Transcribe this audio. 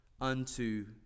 unto